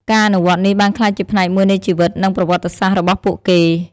ការអនុវត្តនេះបានក្លាយជាផ្នែកមួយនៃជីវិតនិងប្រវត្តិសាស្ត្ររបស់ពួកគេ។